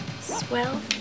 Swell